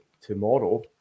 tomorrow